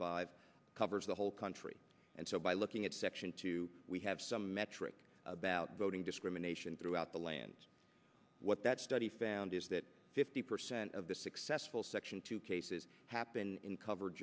five covers the whole country and so by looking at section two we have some metric about voting discrimination throughout the land what that study found is that fifty percent of the successful section two cases happen in covered